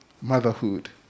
Motherhood